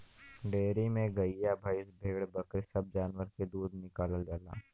dairy में गइया भईंसिया भेड़ बकरी सब जानवर के दूध निकालल जाला